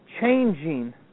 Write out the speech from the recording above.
changing